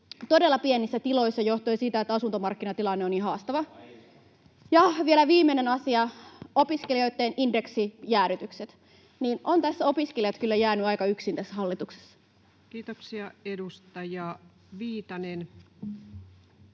todella pienissä tiloissa johtuen siitä, että asuntomarkkinatilanne on niin haastava. [Timo Heinonen: Aika!] Vielä viimeinen asia, opiskelijoitten indeksijäädytykset. Opiskelijat ovat kyllä jääneet aika yksin tässä hallituksessa. Kiitoksia. — Edustaja Viitanen.